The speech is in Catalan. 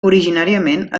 originàriament